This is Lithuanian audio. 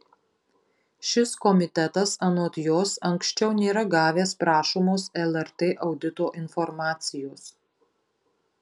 šis komitetas anot jos anksčiau nėra gavęs prašomos lrt audito informacijos